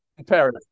Paris